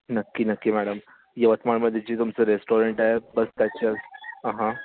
नक्की नक्की मॅडम यवतमाळमध्ये जे तुमचं रेस्टॉरंट आहे बस त्याचं हा हा